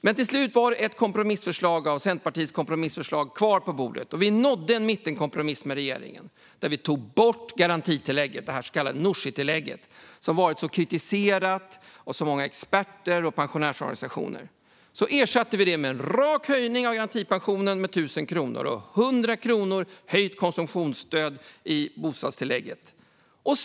Men till slut var Centerpartiets kompromissförslag på bordet, och vi nådde en mittenkompromiss med regeringen där vi tog bort garantitillägget, det så kallade Nooshitillägget, som har varit så kritiserat av så många experter och pensionärsorganisationer. Vi ersatte med en rak höjning av garantipensionen med 1 000 kronor och 100 kronor höjt konsumtionsstöd i bostadstillägget.